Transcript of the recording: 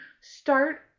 Start